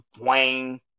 Wayne